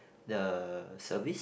the service